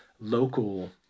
local